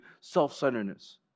self-centeredness